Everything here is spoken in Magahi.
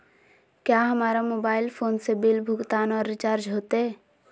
क्या हमारा मोबाइल फोन से बिल भुगतान और रिचार्ज होते?